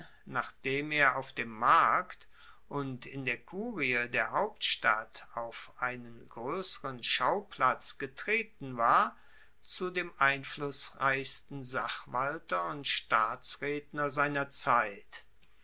nachdem er auf dem markt und in der kurie der hauptstadt auf einen groesseren schauplatz getreten war zu dem einflussreichsten sachwalter und staatsredner seiner zeit